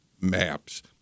maps